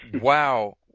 wow